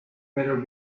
better